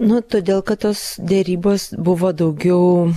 nu todėl kad tos derybos buvo daugiau